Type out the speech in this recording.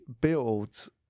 builds